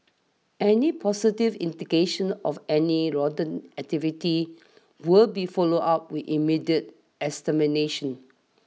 any positive indication of any rodent activity will be followed up with immediate extermination